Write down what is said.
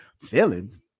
feelings